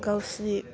गावसिनि